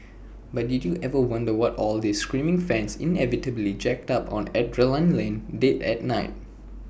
but did you ever wonder what all these screaming fans inevitably jacked up on adrenaline did at night